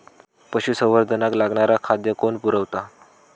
पशुसंवर्धनाक लागणारा खादय कोण पुरयता?